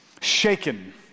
shaken